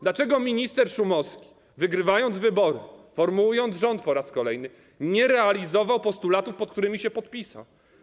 Dlaczego minister Szumowski, wygrywając wybory, formułując rząd po raz kolejny, nie realizował postulatów, pod którymi się podpisał?